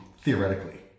theoretically